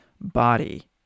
body